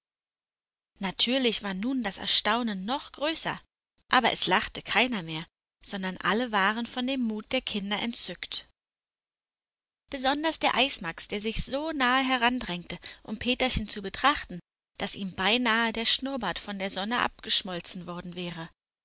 natürlich war nun das erstaunen noch größer aber es lachte keiner mehr sondern alle waren von dem mut der kinder entzückt besonders der eismax der sich so nahe herandrängte um peterchen zu betrachten daß ihm beinahe der schnurrbart von der sonne abgeschmolzen worden wäre